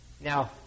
Now